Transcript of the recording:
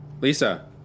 Lisa